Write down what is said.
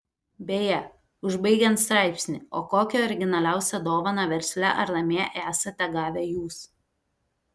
beje užbaigiant straipsnį o kokią originaliausią dovaną versle ar namie esate gavę jūs